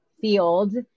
field